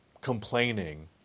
complaining